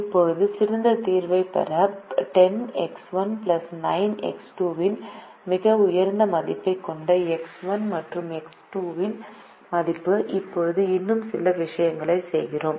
இப்போது சிறந்த தீர்வைப் பெற 10X1 9X2 இன் மிக உயர்ந்த மதிப்பைக் கொண்ட X1 மற்றும் X2 இன் மதிப்பு இப்போது இன்னும் சில விஷயங்களைச் செய்கிறோம்